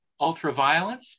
ultraviolence